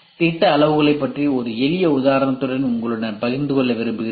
திட்ட அளவுகளைப் பற்றி இது ஒரு எளிய உதாரணத்தை உங்களுடன் பகிர்ந்து கொள்ள விரும்புகிறேன்